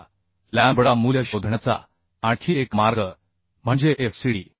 आता लॅम्बडा मूल्य शोधण्याचा आणखी एक मार्ग म्हणजे Fcd